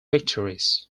victories